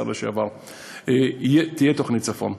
השר לשעבר: תהיה תוכנית צפון,